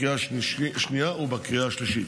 בקריאה השנייה ובקריאה השלישית.